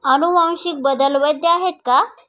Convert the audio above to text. अनुवांशिक बदल वैध आहेत का?